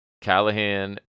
callahan